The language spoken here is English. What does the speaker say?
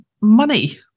money